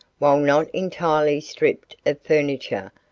while not entirely stripped of furniture,